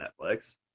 Netflix